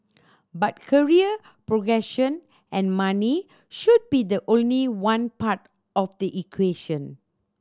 but career progression and money should be the only one part of the equation